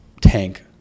tank